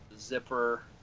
zipper